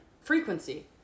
frequency